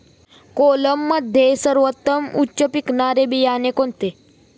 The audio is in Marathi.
कोलममध्ये सर्वोत्तम उच्च पिकणारे बियाणे कोणते?